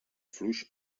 fluix